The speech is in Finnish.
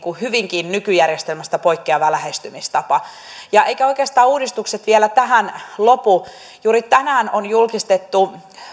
hyvinkin nykyjärjestelmästä poikkeava lähestymistapa eivätkä oikeastaan uudistukset vielä tähän lopu juuri tänään on julkistettu